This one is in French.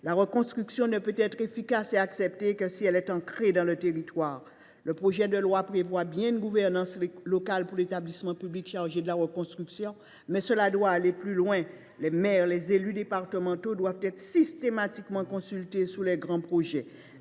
La reconstruction ne peut être efficace et acceptée que si elle est ancrée dans le territoire. Le projet de loi prévoit bien une gouvernance locale pour l’établissement public chargé de la reconstruction, mais cela doit aller plus loin : les maires et les élus départementaux doivent être systématiquement consultés sur les grands projets.